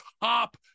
top